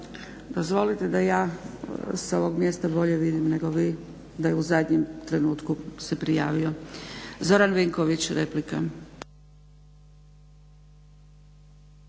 Dozvolite da ja sa ovog mjesta bolje vidim nego vi da je u zadnjem trenutku se prijavio. Zoran Vinković, replika.